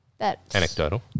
Anecdotal